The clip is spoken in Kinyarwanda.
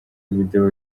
video